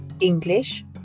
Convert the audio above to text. English